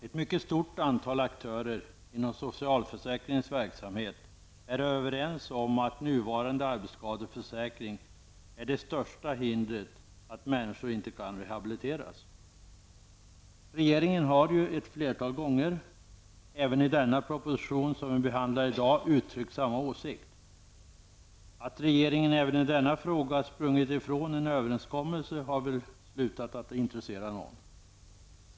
Ett mycket stort antal aktörer inom socialförsäkringens verksamhet är överens om att nuvarande arbetsskadeförsäkring är det främsta skälet till att människor inte kan rehabiliteras. Regeringen har ett flertal gånger, även i den proposition som vi behandlar i dag, uttryckt samma åsikt. Att regeringen även i denna fråga sprungit från en överenskommelse har väl slutat att intressera någon.